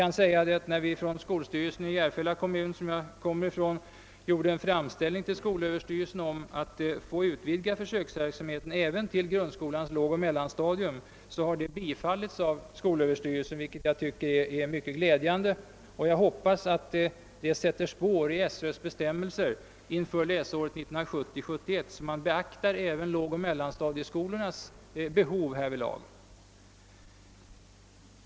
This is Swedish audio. När skolstyrelsen i Järfälla kommun, som jag tillhör, gjorde en framställning till skolöverstyrelsen om att få utvidga försöksverksamheten även till grundskolans lågoch mellanstadium bifölls framställningen av skolöverstyrelsen, vilket jag tycker är mycket glädjande. Jag hoppas att det sätter spår i SöÖ:s bestämmelser inför läsåret 1970/71, så att man kan beakta även lågoch mellanstadieskolornas behov härvidlag.